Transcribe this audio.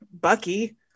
Bucky